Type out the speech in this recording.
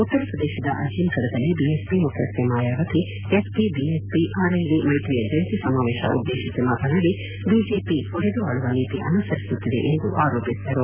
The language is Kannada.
ಉತ್ತರ ಪ್ರದೇಶದ ಅಜೀಂಘಡದಲ್ಲಿ ಬಿಎಸ್ಪಿ ಮುಖ್ಯಸ್ಥೆ ಮಾಯಾವತಿ ಎಸ್ಪಿ ಬಿಎಸ್ಪಿ ಆರ್ಎಲ್ಡಿ ಮೈತ್ರಿಯ ಜಂಟಿ ಸಮಾವೇಶ ಉದ್ದೇಶಿಸಿ ಮಾತನಾಡಿ ಬಿಜೆಪಿ ಒಡೆದು ಆಳುವ ನೀತಿ ಅನುಸರಿಸುತ್ತಿದೆ ಎಂದು ಆರೋಪಿಸಿದರು